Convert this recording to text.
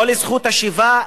לא לזכות השיבה?